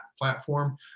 platform